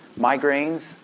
migraines